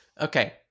Okay